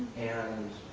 and,